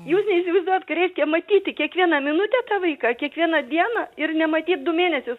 jūs neįsivaizduojat ką reiškia matyti kiekvieną minutę tą vaiką kiekvieną dieną ir nematyt du mėnesius